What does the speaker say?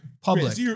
public